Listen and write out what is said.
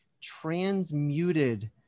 transmuted